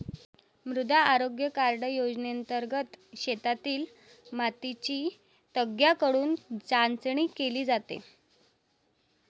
मृदा आरोग्य कार्ड योजनेंतर्गत शेतातील मातीची तज्ज्ञांकडून चाचणी केली जाते